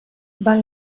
val